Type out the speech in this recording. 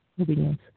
obedience